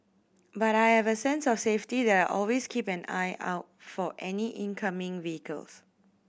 but I have a sense of safety that I always keep an eye out for any incoming vehicles